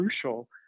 crucial